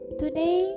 today